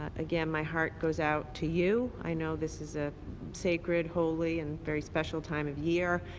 ah again, my heart goes out to you. i know this is a sacred, holy and very special time of year,